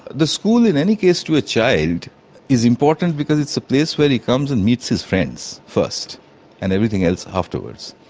the school, in any case, to a child is important because it's a place where he comes and meets his friends first and everything else afterwards.